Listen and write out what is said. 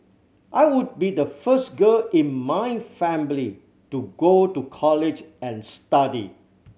I would be the first girl in my family to go to college and study